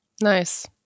nice